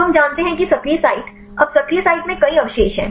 तो हम जानते हैं कि सक्रिय साइट अब सक्रिय साइट में कई अवशेष हैं